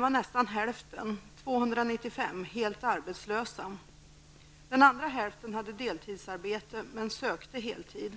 var nästan hälften, eller 295, helt arbetslösa. Den andra hälften hade deltidsarbete men sökte heltid.